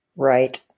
Right